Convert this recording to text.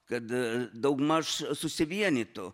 kad daugmaž susivienytų